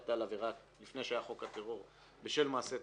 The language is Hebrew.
נשפטת על עבירה לפני שהיה חוק הטרור בשל מעשה טרור,